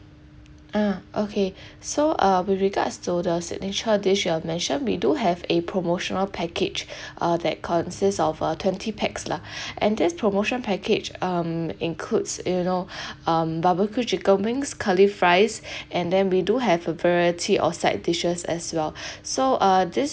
ah okay so uh with regards to the signature dish you've mentioned we do have a promotional package uh that consists of uh twenty pax lah and this promotion package um includes you know um barbecue chicken wings curly fries and then we do have a variety of side dishes as well so uh this